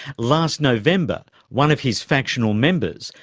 last november one of his factional members,